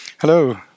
Hello